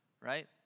right